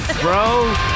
bro